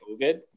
COVID